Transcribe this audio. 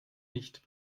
nicht